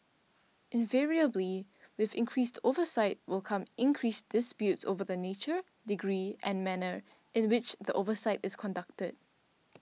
invariably with increased oversight will come increased disputes over the nature degree and manner in which the oversight is conducted